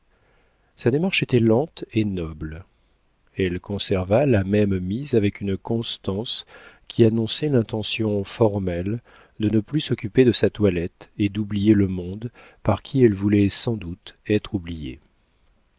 sa démarche était lente et noble elle conserva la même mise avec une constance qui annonçait l'intention formelle de ne plus s'occuper de sa toilette et d'oublier le monde par qui elle voulait sans doute être oubliée